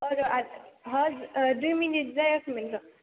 औ र' दुइ मिनिट जायाखैमोन र'